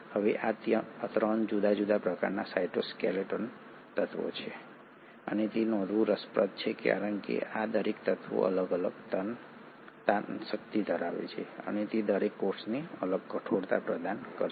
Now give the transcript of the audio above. હવે ત્યાં 3 જુદા જુદા પ્રકારના સાઇટોસ્કેલેટલ તત્વો છે અને તે નોંધવું રસપ્રદ છે કારણ કે આ દરેક તત્વો અલગ અલગ તાણ શક્તિ ધરાવે છે અને તે દરેક કોષને અલગ કઠોરતા પ્રદાન કરશે